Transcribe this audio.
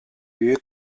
büyük